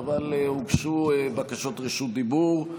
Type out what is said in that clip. אבל הוגשו בקשות רשות דיבור.